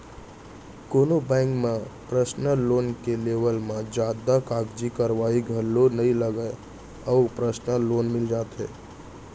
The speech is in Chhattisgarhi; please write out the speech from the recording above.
कोनो बेंक म परसनल लोन के लेवब म जादा कागजी कारवाही घलौ नइ लगय अउ परसनल लोन मिल जाथे